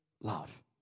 love